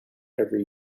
every